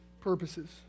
purposes